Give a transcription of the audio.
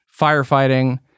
firefighting